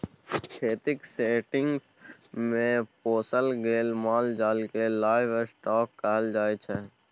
खेतीक सेटिंग्स मे पोसल गेल माल जाल केँ लाइव स्टाँक कहल जाइ छै